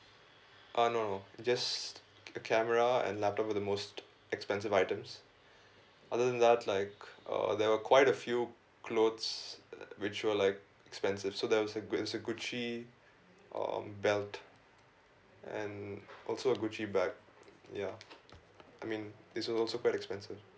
uh no no it just a camera and laptop were the most expensive items other than that like uh there were quite a few clothes which were like expensive so that was a gu~ it's a gucci um belt and also a gucci bag ya I mean this is also quite expensive